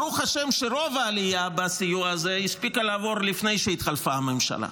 ברוך השם שרוב העלייה בסיוע הזה הספיקה לעבור לפני שהתחלפה הממשלה.